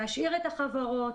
להשאיר את החברות,